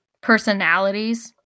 personalities